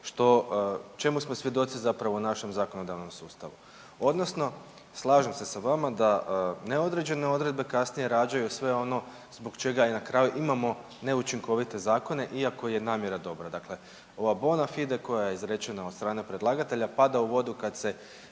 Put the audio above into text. čemu smo svjedoci zapravo u našem zakonodavnom sustavu. Odnosno, slažem se sa vama da neodređene odredbe kasnije rađaju sve ono zbog čega i na kraju imamo neučinovite zakone iako je namjera dobro. Dakle, ova bona fide koja je izrečena od strane predlagatelja pada u vodu kad se